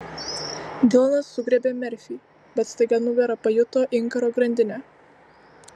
dilanas sugriebė merfį bet staiga nugara pajuto inkaro grandinę